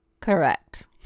Correct